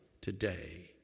today